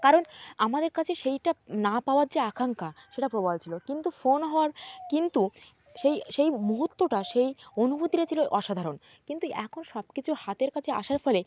কারণ আমাদের কাছে সেইটা না পাওয়ার যে আকাঙ্ক্ষা সেটা প্রবল ছিলো কিন্তু ফোন হওয়ার কিন্তু সেই সেই মুহুর্তটা সেই অনুভূতিটা ছিলো অসাধারণ কিন্তু এখন সব কিছু হাতের কাছে আসার ফলে